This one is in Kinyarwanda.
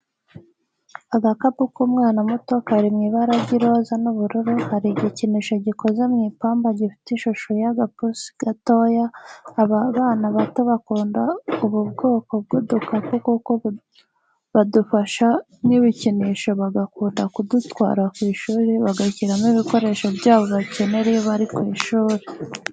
Agakapu k'umwana muto kari mu ibara ry'iroza n'ubururu, hari igikinisho gikoze mu ipamba gifite ishusho y'agapusi gatoya, abana bato bakunda ubu kwoko bw'udukapu kuko badufata nk'ibikinisho bagakunda kudutwara ku ishuri bagashyiramo ibikoresho byabo bakenera iyo bari ku ishuri.